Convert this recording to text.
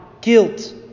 guilt